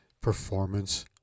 performance